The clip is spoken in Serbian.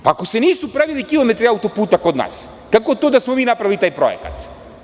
Ako se nisu pravili kilometri autoputa kod nas kako to da smo mi napravili taj projekat?